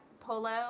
polo